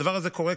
הדבר הזה קורה,